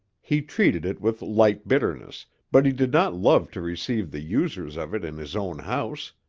he treated it with light bitterness, but he did not love to receive the users of it in his own house.